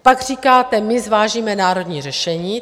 Pak říkáte: my zvážíme národní řešení.